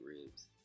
ribs